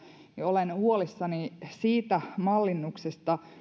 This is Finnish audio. niin olen huolissani siitä mallinnuksesta